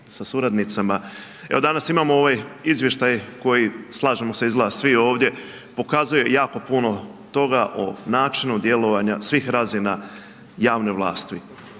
sa suradnicama. Evo, danas imamo ovaj izvještaj, koji, slažemo se izgleda, svi ovdje, pokazuje jako puno toga o načinu djelovanja svih razina javne vlasti.